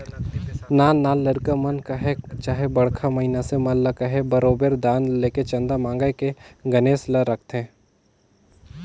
नान नान लरिका मन ल कहे चहे बड़खा मइनसे मन ल कहे बरोबेर दान लेके चंदा मांएग के गनेस ल रखथें